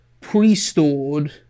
pre-stored